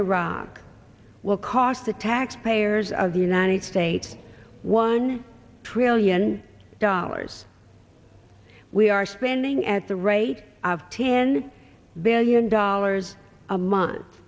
iraq will cost the taxpayers of the united states one trillion dollars we are spending at the rate of ten billion dollars a month